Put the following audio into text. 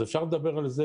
אפשר לדבר על זה